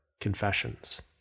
Confessions